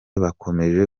bakomeje